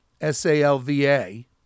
S-A-L-V-A